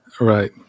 right